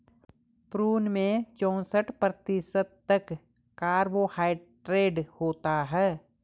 prune में चौसठ प्रतिशत तक कार्बोहायड्रेट होता है